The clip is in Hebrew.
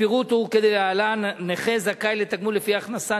הפירוט הוא כדלהלן: נכה זכאי לתגמול לפי הכנסה,